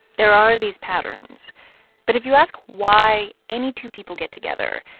there are these patterns but if you ask why any two people get together,